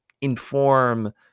inform